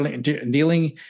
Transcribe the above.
dealing